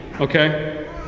okay